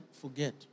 forget